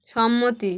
সম্মতি